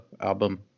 album